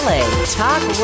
Talk